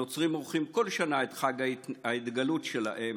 הנוצרים עורכים כל שנה את חג ההתגלות שלהם